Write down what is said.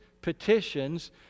petitions